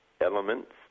elements